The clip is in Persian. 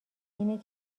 اینه